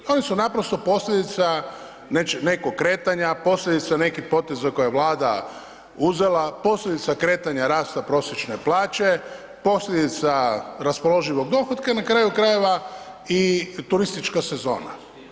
Oni su naprosto posljedica nekog kretanja, posljedica nekih poteza koje Vlada uzela, posljedica kretanja rasta prosječne plaće, posljedica raspoloživog dohotka i na kraju krajeva i turistička sezona.